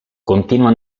continua